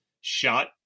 shot